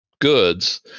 goods